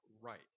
right